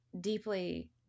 deeply